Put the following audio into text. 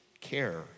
care